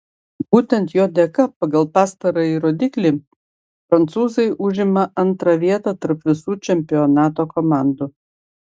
būtent jo dėka pagal pastarąjį rodiklį prancūzai užima antrą vietą tarp visų čempionato komandų